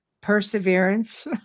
perseverance